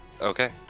Okay